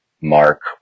Mark